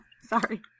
Sorry